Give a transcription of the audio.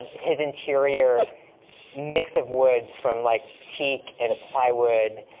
his interior mix of wood from like teak and plywood,